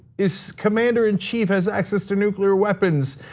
is commander-in-chief, has access to nuclear weapons,